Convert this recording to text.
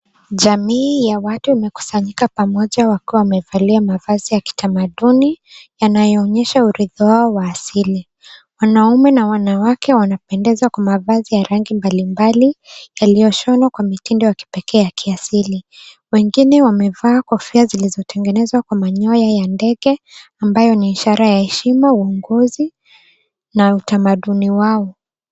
Jamii ya watu imekusanyika pamoja wakiwa wamevali amavazi ya kitamaduni yanayoonyesha uridhi wao wa asili. Wanaume na wanawake wanapendeza kwa mavazi ya rangi mbalimbali yaliyoshonwa kwa mitindo ya kipekee ya kiasili. Wengine wamevaa kofia zilizotengenezwa kwa manyoya ya ndege ambayo ni ishara ya heshima uongozi na utamaduni wao.